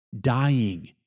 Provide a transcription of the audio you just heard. dying